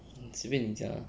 随便你讲 ah